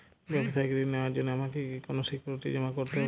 ব্যাবসায়িক ঋণ নেওয়ার জন্য আমাকে কি কোনো সিকিউরিটি জমা করতে হবে?